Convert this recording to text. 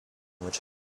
which